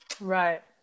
right